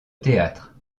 théâtre